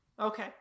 Okay